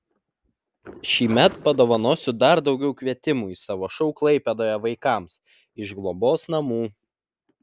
šįmet padovanosiu dar daugiau kvietimų į savo šou klaipėdoje vaikams iš globos namų